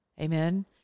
Amen